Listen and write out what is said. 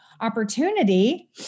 opportunity